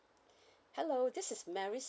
hello this is mary